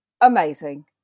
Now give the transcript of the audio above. Amazing